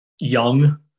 young